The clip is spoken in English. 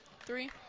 three